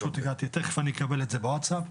תיכף אני אקבל את זה בווטסאפ.